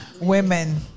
women